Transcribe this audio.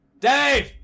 dave